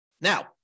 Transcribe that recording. Now